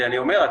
שאני אומר,